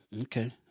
Okay